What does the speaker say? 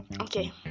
Okay